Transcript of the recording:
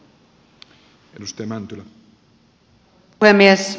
arvoisa puhemies